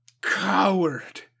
coward